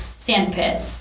Sandpit